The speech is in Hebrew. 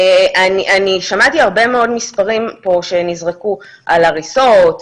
שמעתי הרבה מאוד מספרים פה שנזרקו על הריסות,